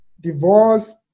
divorce